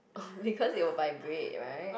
because it will vibrate right